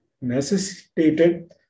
necessitated